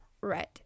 red